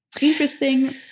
interesting